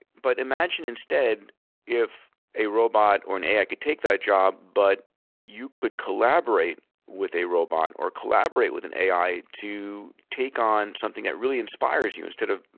but, imagine instead if a robot or an ai could take that job, but you could collaborate with a robot or collaborate with an ai to take on something that really inspires you instead of